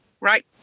right